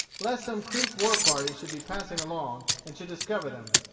lest some creek war-party should be passing along, and should discover them.